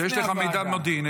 כשיש לך מידע מודיעיני,